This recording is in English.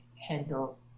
handle